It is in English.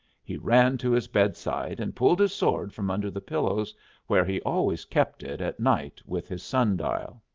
he ran to his bedside and pulled his sword from under the pillows where he always kept it at night with his sun-dial.